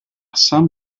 san